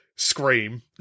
Scream